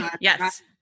Yes